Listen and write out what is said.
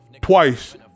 twice